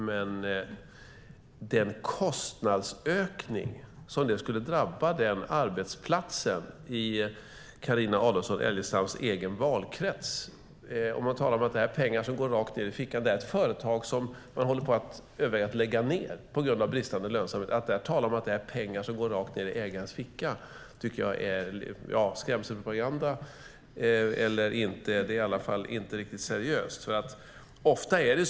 Men den kostnadsökning som skulle drabba denna arbetsplats i Carina Adolfsson Elgestams egen valkrets gör att företaget överväger att lägga ned sin verksamhet på grund av bristande lönsamhet. Hon talar om att detta är pengar som går rakt ned i ägarens fickor. Skrämselpropaganda eller inte, men det är i alla fall inte riktigt seriöst att säga det.